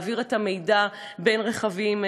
להעביר את המידע בין רכבים,